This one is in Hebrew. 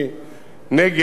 נגב.